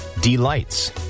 Delights